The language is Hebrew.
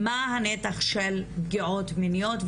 מה הנתח של פגיעות מיניות?